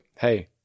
hey